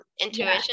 Intuition